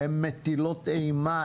הן מטילות אימה.